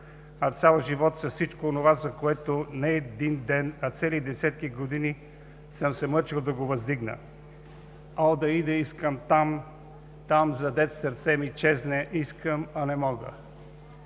а цял живот с всичко онова, за което не един ден, а цели десетки години съм се мъчил да го въздигна. О, да ида искам там, там за дет сърце ми чезне, искам, а не мога.